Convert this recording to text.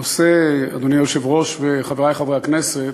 הנושא, אדוני היושב-ראש וחברי חברי הכנסת,